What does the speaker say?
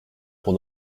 pour